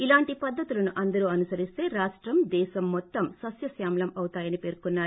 ఇలాంటి పద్దతులను అందరూ అనుసరిస్తే రాష్టం దేశం మొత్తం సశ్యశ్యామలం అవుతాయని పేర్కొన్నారు